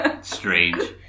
Strange